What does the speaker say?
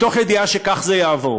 מתוך ידיעה שכך זה יעבור,